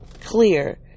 clear